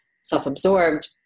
self-absorbed